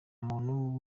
muntu